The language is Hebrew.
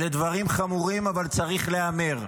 אלה דברים חמורים, אבל צריכים להיאמר.